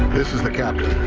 this is the captain.